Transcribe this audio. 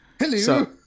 Hello